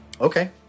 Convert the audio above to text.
Okay